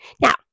Now